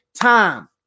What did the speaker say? time